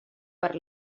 per